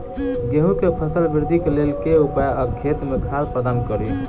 गेंहूँ केँ फसल वृद्धि केँ लेल केँ उपाय आ खेत मे खाद प्रदान कड़ी?